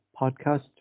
podcast